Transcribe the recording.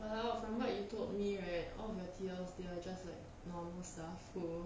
!walao! from what you told me right all of your T_L they are just like normal staff who